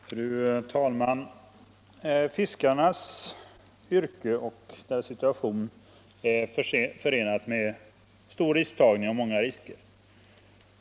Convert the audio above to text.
Fru talman! Fiskarnas yrke och deras situation är förenade med stor risktagning och många risker.